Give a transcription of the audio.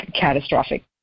catastrophic